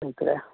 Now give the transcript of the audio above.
ꯂꯩꯇ꯭ꯔꯦ